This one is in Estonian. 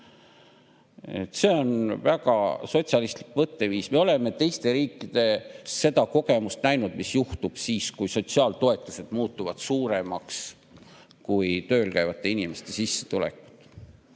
see väga sotsialistlik mõtteviis. Me oleme teiste riikide puhul seda kogemust näinud, mis juhtub siis, kui sotsiaaltoetused muutuvad suuremaks kui tööl käivate inimeste sissetulekud.